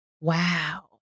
wow